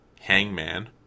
Hangman